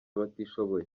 abatishoboye